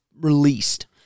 released